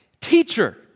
Teacher